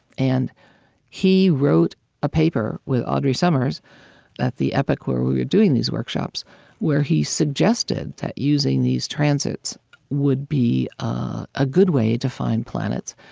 and he wrote a paper with audrey summers at the epoch where we were doing these workshops where he suggested that using these transits would be ah a good way to find planets.